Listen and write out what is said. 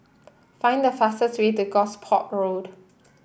find the fastest way to Gosport Road